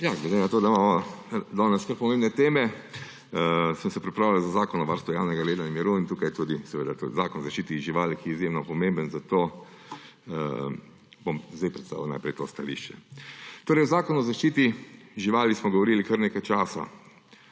Glede na to, da imamo danes kar pomembne teme, sem se pripravljal za zakon o varstvu javnega reda in miru, in tukaj je seveda tudi zakon o zaščiti živali, ki je izjemno pomemben, zato bom najprej predstavil to stališče. O zakonu o zaščiti živali smo govorili kar nekaj časa.